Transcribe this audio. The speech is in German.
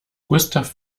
gustav